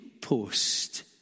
post